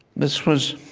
this was